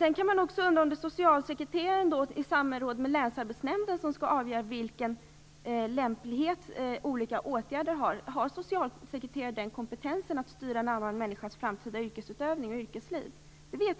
Man kan också undra om det är socialsekreteraren som i samråd med länsarbetsnämnden skall avgöra vilken lämplighet olika åtgärder har. Har socialsekreteraren kompetensen att styra en annan människas framtida yrkesutövning och yrkesliv?